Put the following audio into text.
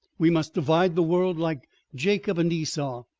we must divide the world like jacob and esau.